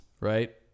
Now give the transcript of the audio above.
right